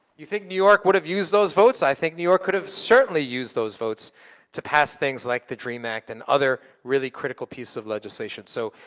you think new york would've used those votes? i think new york could've certainly used those votes to pass things like the dream act and other really critical pieces of legislation. so,